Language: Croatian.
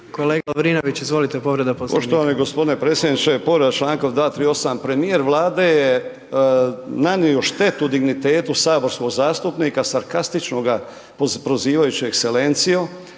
Kolega Lovrinović, izvolite povreda Poslovnika.